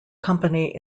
company